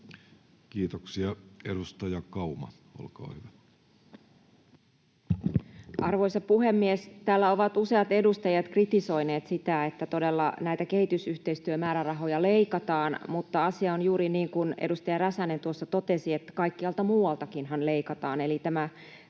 Kiitoksia. — Edustaja Kauma, olkaa hyvä. Arvoisa puhemies! Täällä ovat useat edustajat kritisoineet sitä, että todella näitä kehitysyhteistyömäärärahoja leikataan, mutta asia on juuri niin kuin edustaja Räsänen tuossa totesi, että kaikkialta muualtakinhan leikataan,